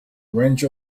wrench